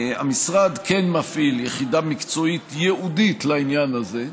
המשרד כן מפעיל יחידה מקצועית ייעודית לעניין הזה,